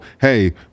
hey